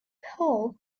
paul